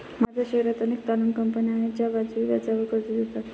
माझ्या शहरात अनेक तारण कंपन्या आहेत ज्या वाजवी व्याजावर कर्ज देतात